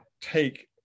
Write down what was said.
take